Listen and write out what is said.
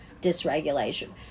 dysregulation